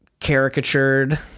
caricatured